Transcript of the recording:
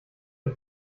mit